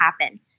happen